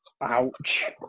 Ouch